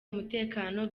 umutekano